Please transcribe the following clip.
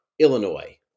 Illinois